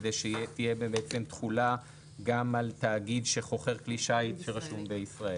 כדי שתהיה בו בעצם תחולה גם על תאגיד שחוכר כלי שיט שרשום בישראל.